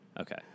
Okay